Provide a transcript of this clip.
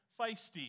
feisty